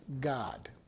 God